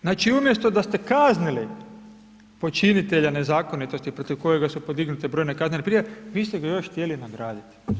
Znači umjesto da ste kaznili počinitelja nezakonitosti protiv kojega su podignute brojne kaznene prijave vi ste ga još htjeli nagraditi.